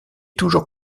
toujours